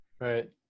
Right